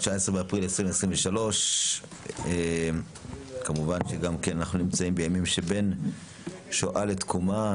19 באפריל 2023. אנחנו נמצאים גם בימים שבין שואה לתקומה,